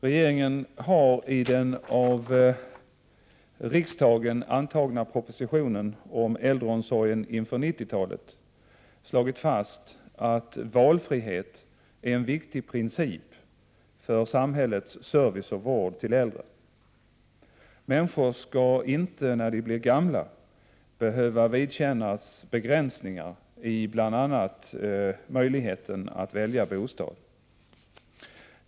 Regeringen har i den av riksdagen antagna propositionen om äldreomsorgen inför 1990-talet slagit fast att valfrihet är en viktig princip för samhällets service och vård till äldre. Människor skall inte när de blir gamla behöva vidkännas begränsningar i bl.a. möjligheten att välja bostad.